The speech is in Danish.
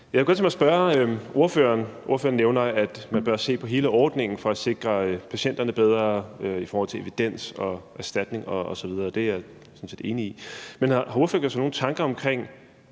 mig at stille et spørgsmål til ordføreren. Ordføreren nævner, at man bør se på hele ordningen for at sikre patienterne bedre i forhold til evidens, erstatning osv., og det er jeg sådan set enig i. Det her er jo et ret komplekst område,